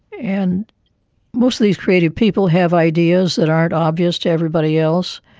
and most of these creative people have ideas that aren't obvious to everybody else,